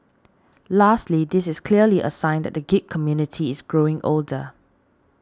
lastly this is clearly a sign that the geek community is growing older